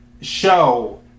show